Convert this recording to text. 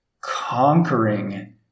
conquering